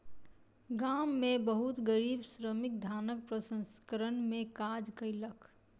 गाम में बहुत गरीब श्रमिक धानक प्रसंस्करण में काज कयलक